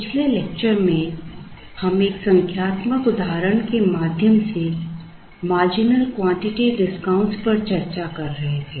पिछले लेक्चर में हम एक संख्यात्मक उदाहरण के माध्यम से मार्जिनल क्वांटिटी डिस्काउंट पर चर्चा कर रहे थे